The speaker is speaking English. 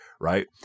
Right